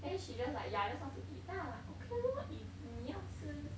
then she just like ya I just want to eat then I was like okay lor if 你要吃